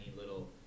little